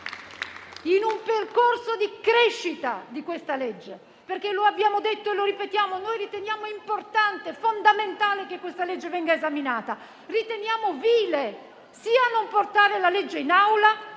in un percorso di crescita della legge. Come infatti abbiamo detto e qui ripetiamo, riteniamo importante e fondamentale che questa legge venga esaminata; riteniamo vile, sia non portare la legge in Aula,